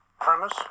premise